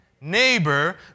neighbor